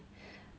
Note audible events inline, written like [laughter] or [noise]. [breath]